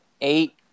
Eight